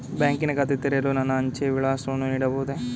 ಬ್ಯಾಂಕಿನ ಖಾತೆ ತೆರೆಯಲು ನನ್ನ ಅಂಚೆಯ ವಿಳಾಸವನ್ನು ನೀಡಬಹುದೇ?